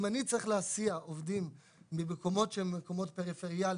אם אני צריך להסיע עובדים ממקומות שהם מקומות פריפריאליים,